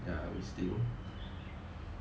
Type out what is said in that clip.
ya we still